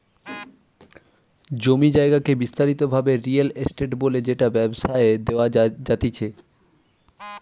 জমি জায়গাকে বিস্তারিত ভাবে রিয়েল এস্টেট বলে যেটা ব্যবসায় দেওয়া জাতিচে